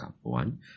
One